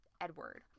Edward